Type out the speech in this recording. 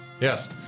Yes